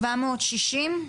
760?